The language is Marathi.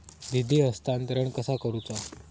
निधी हस्तांतरण कसा करुचा?